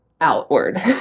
outward